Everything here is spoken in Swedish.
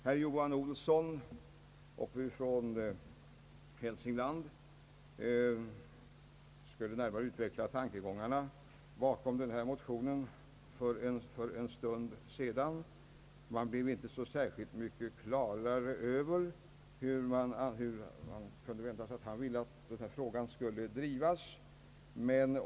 Herr Johan Olsson från Hälsingland skulle närmare utveckla tankegångarna bakom den här motionen för en. stund sedan, men man fick inte så särskilt mycket större klarhet i hur han ville att frågan skulle drivas.